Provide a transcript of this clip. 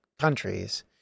countries